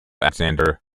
alexander